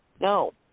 no